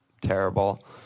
terrible